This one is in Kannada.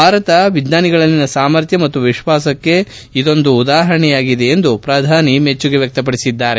ಭಾರತ ವಿಜ್ಞಾನಿಗಳಲ್ಲಿನ ಸಾಮರ್ಥ್ಯ ಮತ್ತು ವಿಶ್ವಾಸಕ್ಕೆ ಇದೊಂದು ಉದಾಹರಣೆಯಾಗಿದೆ ಎಂದು ಪ್ರಧಾನಿ ಮೆಚ್ಚುಗೆ ವ್ಯಕ್ತಪಡಿಸಿದ್ದಾರೆ